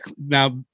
now